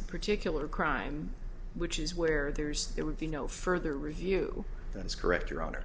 the particular crime which is where there's it would be no further review that's correct your honor